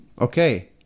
okay